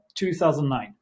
2009